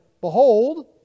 behold